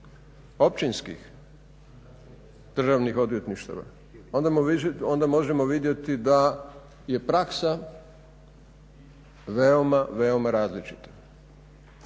općinskih državnih odvjetništava onda možemo vidjeti da je praksa veoma, veoma različita.